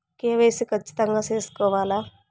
KYC ఖచ్చితంగా సేసుకోవాలా